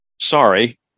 sorry